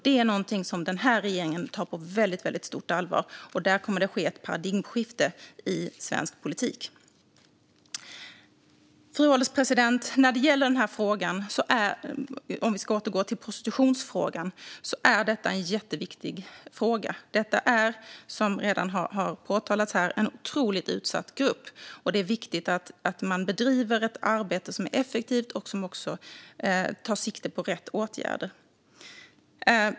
Det är något som den här regeringen tar på väldigt stort allvar. Där kommer det att ske ett paradigmskifte i svensk politik. Fru ålderspresident! Prostitutionsfrågan är jätteviktig. Som redan har påpekats är det en otroligt utsatt grupp. Det är viktigt att man bedriver ett arbete som är effektivt och som tar sikte på rätt åtgärder.